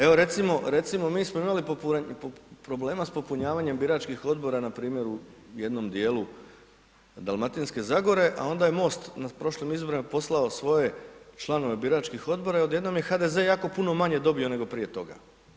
Evo recimo, recimo mi smo imali problema s popunjavanjem biračkih odbora npr. u jednom dijelu Dalmatinske zagore, a onda je MOST na prošlim izborima poslao svoje članove biračkih odbora i odjednom je HDZ jako puno manje dobio nego prije toga.